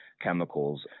chemicals